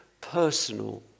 personal